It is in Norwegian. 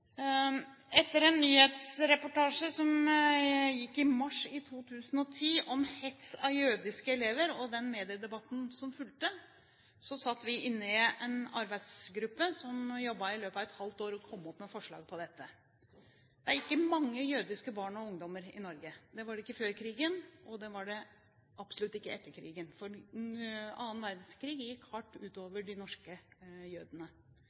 Etter en nyhetsreportasje som gikk i mars 2010 om hets av jødiske elever, og den mediedebatten som fulgte, satte vi ned en arbeidsgruppe som i løpet av et halvt år kom opp med forslag på dette. Det er ikke mange jødiske barn og ungdommer i Norge. Det var det ikke før krigen, og det var det absolutt ikke etter krigen, for annen verdenskrig gikk hardt ut over de norske jødene.